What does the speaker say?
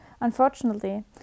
unfortunately